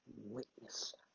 witness